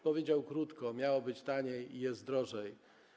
Powiedział krótko: Miało być taniej, jest drożej.